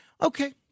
Okay